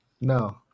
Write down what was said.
no